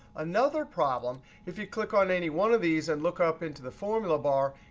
another problem. if you click on any one of these and look up into the formula bar,